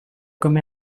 come